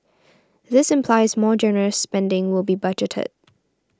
this implies more generous spending will be budgeted